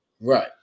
Right